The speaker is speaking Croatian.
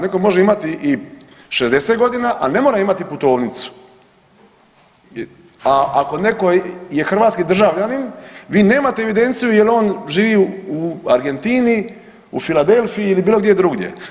Neko može imati i 60 godina, a ne mora imati putovnicu, a ako neko je hrvatski državljanin vi nemate evidenciju jel on živi u Argentini, u Philadelphiji ili bilo gdje drugdje.